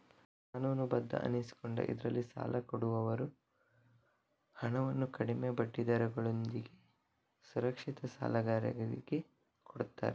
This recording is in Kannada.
ಕಾನೂನುಬದ್ಧ ಅನಿಸಿಕೊಂಡ ಇದ್ರಲ್ಲಿ ಸಾಲ ಕೊಡುವವರು ಹಣವನ್ನು ಕಡಿಮೆ ಬಡ್ಡಿ ದರಗಳೊಂದಿಗೆ ಸುರಕ್ಷಿತ ಸಾಲಗಾರರಿಗೆ ಕೊಡ್ತಾರೆ